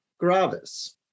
Gravis